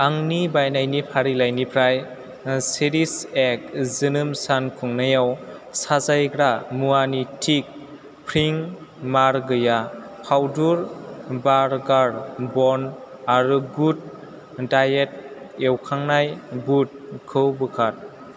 आंनि बायनायनि फारिलाइनिफ्राय चेरिश एक्ट जोनोम सान खुंनायाव साजायग्रा मुवानि टिक प्रिं मार गैया फावदुर बार्गार बन आरो गुड डायेट एवखांनाय बुद खौ बोखार